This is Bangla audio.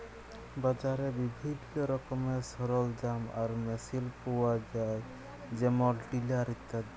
বাজারে বিভিল্ল্য রকমের সরলজাম আর মেসিল পাউয়া যায় যেমল টিলার ইত্যাদি